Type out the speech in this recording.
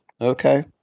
okay